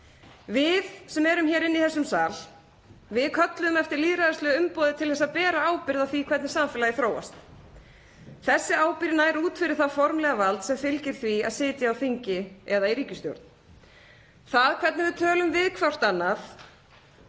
Við sem erum hér inni í þessum sal kölluðum eftir lýðræðislegu umboði til að bera ábyrgð á því hvernig samfélagið þróast. Þessi ábyrgð nær út fyrir það formlega vald sem fylgir því að sitja á þingi eða í ríkisstjórn. Það hvernig við tölum við hvert annað,